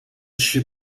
she